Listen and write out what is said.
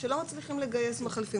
שלא מצליחים לגייס מחליפים.